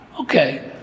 Okay